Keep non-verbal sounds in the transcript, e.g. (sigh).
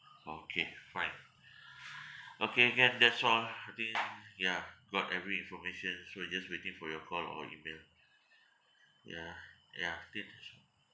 okay fine (breath) okay can that's all I think yeah got every information so I'm just waiting for your call or email yeah yeah I think it should